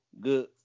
Good